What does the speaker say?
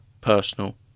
personal